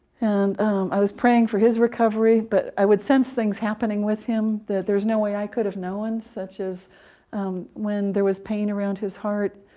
and i was praying for his recovery, but i would sense things happening with him, that there's no way i could have known, such as when there was pain around his heart,